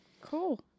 Cool